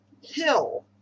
hill